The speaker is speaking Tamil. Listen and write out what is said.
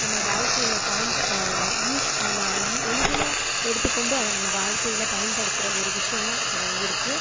நம்ம வாழ்க்கையில் பயன்ப ஈஸி நம்ம ஈ எளிதில் எடுத்து கொண்டு அதை நம்ம வாழ்க்கையில் பயன்படுத்துகிற ஒரு விஷயமாக அது இருக்குது